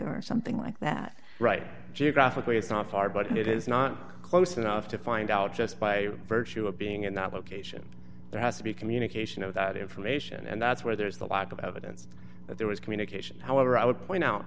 or something like that right geographically it's not far but it is not close enough to find out just by virtue of being in that location there has to be communication of that information and that's where there's a lot of evidence that there was communication however i would point